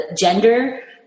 gender